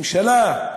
ממשלה,